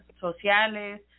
sociales